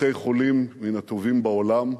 בתי-חולים מן הטובים בעולם,